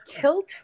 kilt